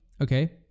okay